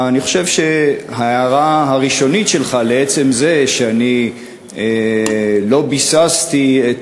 אני חושב שההערה הראשונית שלך לעצם זה שאני לא ביססתי את